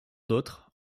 d’autres